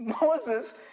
moses